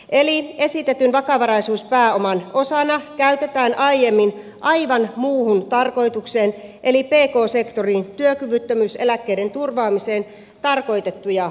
eli esitetyn vakavaraisuuspääoman osana käytetään aiemmin aivan muuhun tarkoitukseen eli pk sektorin työkyvyttömyyseläkkeiden turvaamiseen tarkoitettuja varoja